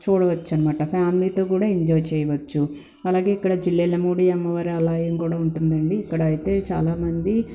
చూడవచ్చనమాట ఫ్యామిలీతో కూడా ఎంజాయ్ చేయవచ్చు మనకి ఇక్కడ జిల్లేలమ్మ గుడియమ్మ వారి ఆలయంకూడా ఉందండి ఇక్కడైతే చాలా మంది